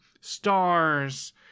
Stars